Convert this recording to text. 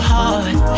Heart